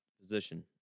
position